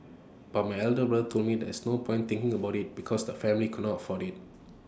but my elder brother told me there was no point thinking about IT because the family could not afford IT